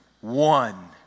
one